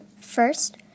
First